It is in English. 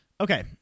Okay